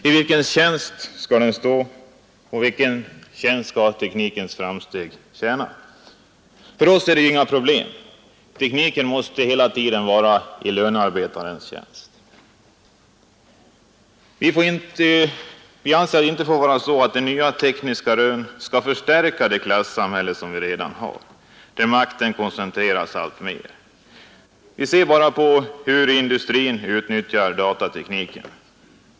I vilken tjänst skall den stå och vilka skall teknikens framsteg tjäna? För oss är det inga problem, tekniken måste hela tiden vara i lönearbetarens tjänst. Vi anser att det inte får vara så att nya tekniska rön skall förstärka det klassamhälle som vi redan har, där makten koncentreras allt mer. Vi kan bara se på hur industrin utnyttjar datatekniken.